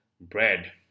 bread